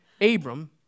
Abram